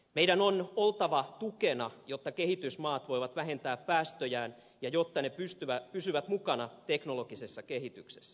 meidän on oltava tukena jotta kehitysmaat voivat vähentää päästöjään ja jotta ne pysyvät mukana teknologisessa kehityksessä